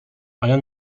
rien